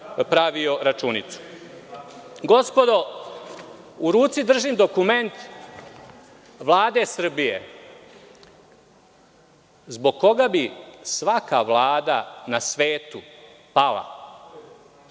pravio računicu. Gospodo, u ruci držim dokument Vlade Srbije zbog koga bi svaka Vlada na svetu pala,